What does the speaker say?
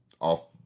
off